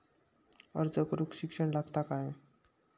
अर्ज करूक शिक्षण लागता काय?